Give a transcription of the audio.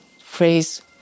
phrase